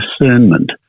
discernment